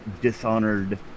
dishonored